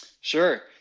Sure